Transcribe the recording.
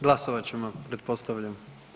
Glasovat ćemo pretpostavljam?